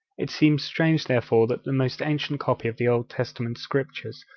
it seems strange, therefore, that the most ancient copy of the old testament scriptures,